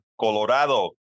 Colorado